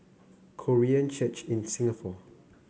Korean Church in Singapore